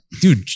Dude